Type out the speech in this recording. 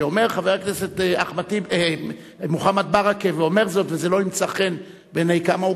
כשאומר חבר הכנסת מוחמד ברכה ואומר זאת וזה לא ימצא חן בעיני כמה,